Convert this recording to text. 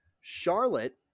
Charlotte